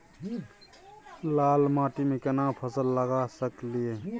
लाल माटी में केना फसल लगा सकलिए?